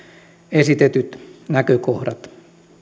esitetyt näkökohdat